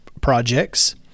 projects